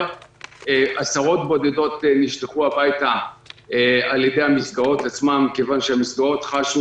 עשרות בודדות נשלחו הביתה על ידי המסגרות עצמן מכיוון שהמסגרות חשו